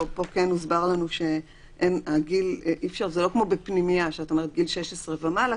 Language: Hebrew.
פה כן הוסבר לנו שזה לא כמו בפנימייה שאת אומרת גיל 16 ומעלה,